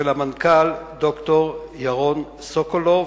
ולמנכ"ל ד"ר ירון סוקולוב,